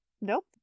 Nope